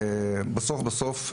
בסוף-בסוף,